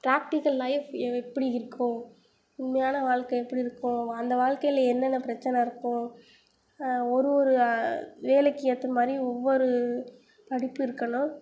practical life எ எப்படி இருக்கும் உண்மையான வாழ்க்கை எப்படி இருக்கும் அந்த வாழ்க்கையில் என்னென்ன பிரச்சினை இருக்கும் ஒரு ஒரு வேலைக்கு ஏற்றமாரி ஒவ்வொரு படிப்பு இருக்கணும்